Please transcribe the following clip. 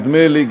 נדמה לי,